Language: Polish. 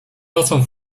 nocą